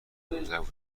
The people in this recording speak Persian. میگذارد